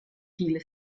viele